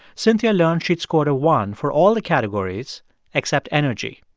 cynthia learned she'd scored a one for all the categories except energy.